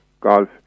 Golf